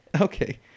okay